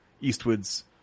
Eastwood's